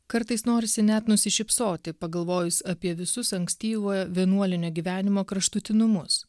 kartais norisi net nusišypsoti pagalvojus apie visus ankstyvojo vienuolinio gyvenimo kraštutinumus